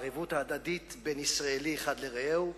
הערבות ההדדית בין ישראלי אחד לרעהו,